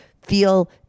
feel